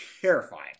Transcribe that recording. terrifying